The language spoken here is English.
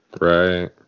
Right